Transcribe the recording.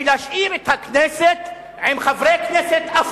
אני הייתי קורבן במשך הקדנציות לשתיים-שלוש הצעות פרסונליות.